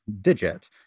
digit